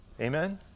amen